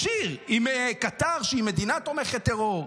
ישיר, עם קטאר, שהיא מדינה תומכת טרור.